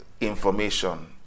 information